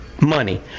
Money